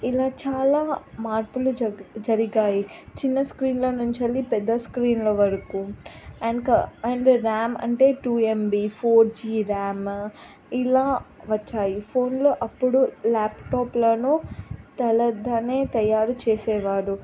ఇలా చాలా మార్పులు జ జరిగాయి చిన్న స్క్రీన్ల నుంచి వెళ్ళి పెద్ద స్క్రీన్ల వరకు అండ్ అండ్ ర్యామ్ అంటే two MB four G RAM ఇలా వచ్చాయి ఫోన్లో అప్పుడు ల్యాప్టాప్న తలదన్నే తయారు చేసేవారు